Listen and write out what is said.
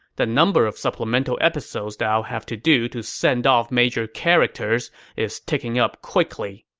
the number of supplemental episodes that i'll have to do to send off major characters is ticking up quickly.